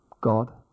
God